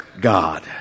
God